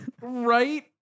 Right